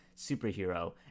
superhero